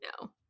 no